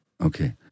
okay